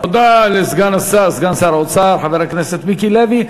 תודה לסגן שר האוצר חבר הכנסת מיקי לוי.